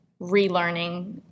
relearning